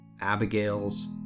Abigail's